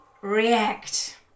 react